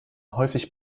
häufig